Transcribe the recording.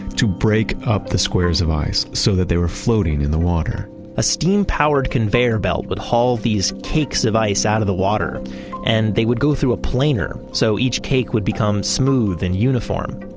to break up the squares of ice so that they were floating in the water a steam-powered conveyor belt would haul these cakes of out of the water and they would go through a planer, so each cake would become smooth and uniform.